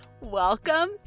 Welcome